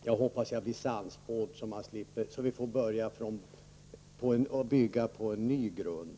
Jag hoppas att jag blir sannspådd, så att vi får bygga på en ny grund.